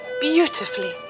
Beautifully